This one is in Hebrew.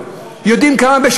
יודעים כמה הם.